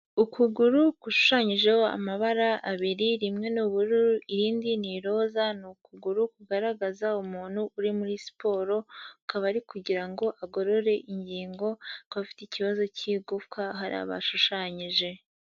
Ukuguru gushushanyijeho amabara abiri, rimwe ni ubururu, irindi ni iroza, ni ukuguru kugaragaza umuntu uri muri siporo, akaba ari kugira ngo agorore ingingo kuko afite ikibazo cy'igufwa hariya bashushanyije.